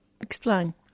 Explain